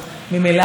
זאת שנת בחירות.